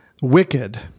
Wicked